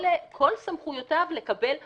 כל סמכויותיו לקבל החלטות.